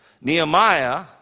Nehemiah